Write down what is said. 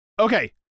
Okay